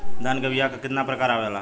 धान क बीया क कितना प्रकार आवेला?